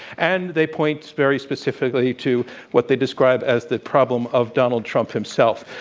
and they point very specifically to what they describe as the problem of donald trump himself.